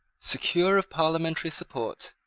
secure of parliamentary support,